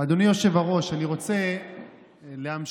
אדוני היושב-ראש, אני רוצה להמשיך